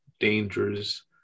dangers